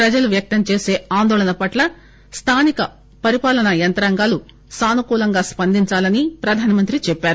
ప్రజలు వ్యక్తం చేసే ఆందోళన పట్ల స్దానిక పాలనాయంత్రాంగాలు సానుకూలంగా స్పందించాలని ప్రధానమంత్రి చెప్పారు